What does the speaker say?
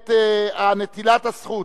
את נטילת הזכות